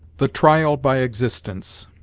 the trial by existence